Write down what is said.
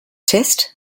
test